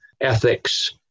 ethics